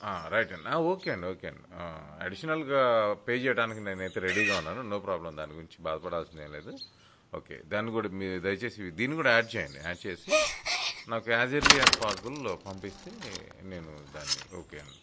right అండి okay అండి okay అండి అడిషనల్గా పే చేయడానికి నేను అయితే రెడీగా ఉన్నాను నో ప్రాబ్లం దాని గురించి బాధపడాల్సింది ఏమి లేదు ఓకే దాని కూడా మీరు దయచేసి దీన్ని కూడా యాడ్ చేయండి యాడ్ చేసి నాకు యాజ్ ఎర్లీ యాస్ పాజిబుల్ పంపిస్తే నేను దాన్ని ఓకే అండి